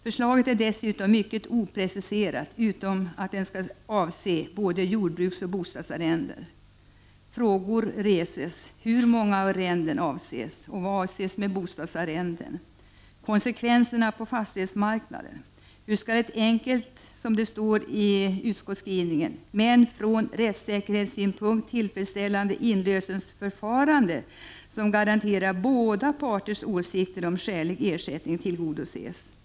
Förslaget är dessutom mycket opreciserat, utom vad gäller att lagstiftningen skall avse både jordbruksoch bostadsarrenden. Frågor reses. Hur många arrenden avses? Vad avses med bostadsarrenden? Hur blir det med konsekvenserna på fastighetsmarknaden? Hur skall kravet på ett enkelt men, som det står i utskottsskrivningen, från rättssäkerhetssynpunkt tillfredsställande inlösenförfarande som garanterar båda parters åsikter om skälig ersättning tillgodoses?